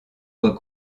doit